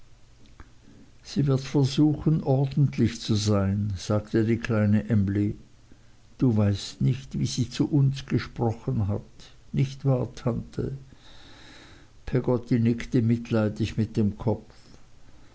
sie wird versuchen ordentlich zu sein sagte die kleine emly du weißt nicht wie sie zu uns gesprochen hat nicht wahr tante peggotty nickte mitleidig mit dem kopf